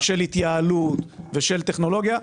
של התייעלות ושל טכנולוגיה,